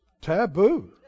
taboo